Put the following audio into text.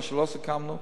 מה שלא סיכמנו,